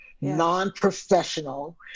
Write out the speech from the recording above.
non-professional